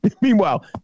Meanwhile